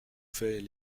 fait